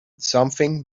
something